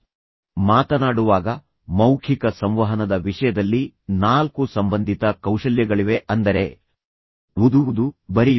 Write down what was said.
ಆದ್ದರಿಂದ ನಾವು ಮೌಖಿಕ ಸಂವಹನದ ಬಗ್ಗೆ ಮಾತನಾಡುವಾಗ ಮೌಖಿಕ ಸಂವಹನದ ವಿಷಯದಲ್ಲಿ ನಾಲ್ಕು ಸಂಬಂಧಿತ ಕೌಶಲ್ಯಗಳಿವೆ ಅಂದರೆ ಓದುವುದು ಬರೆಯುವುದು ಮಾತನಾಡುವುದು ಮತ್ತು ಆಲಿಸುವುದು